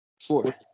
Four